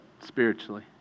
spiritually